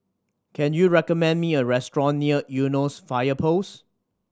can you recommend me a restaurant near Eunos Fire Post